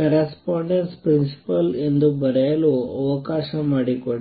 correspondence principle ಎಂದು ಬರೆಯಲು ಅವಕಾಶ ಮಾಡಿಕೊಡಿ